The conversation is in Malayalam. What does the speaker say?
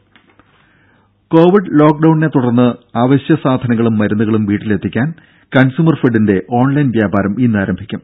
രുഭ കോവിഡ് ലോക്ഡൌണിനെ തുടർന്ന് അവശ്യ സാധനങ്ങളും മരുന്നുകളും വീട്ടിലെത്തിക്കാൻ കൺസ്യൂമർ ഫെഡിന്റെ ഓൺലൈൻ വ്യാപാരം ഇന്നാരംഭിക്കും